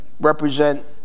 represent